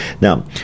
Now